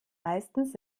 meistens